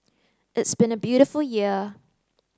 it's been a beautiful year